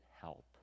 help